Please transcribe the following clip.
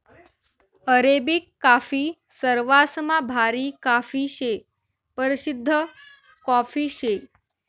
Arabic coffee सरवासमा भारी coffee शे, परशिद्ध कॉफी शे